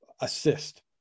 assist